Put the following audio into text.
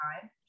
time